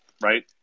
right